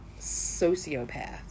sociopath